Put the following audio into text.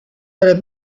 have